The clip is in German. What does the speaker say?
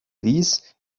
wies